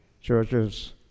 churches